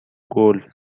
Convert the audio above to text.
گلف